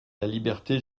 liberté